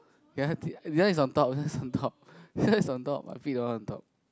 ya th~ this one is on top this one is on top this one is on top I pick the one on top